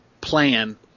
plan